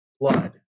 blood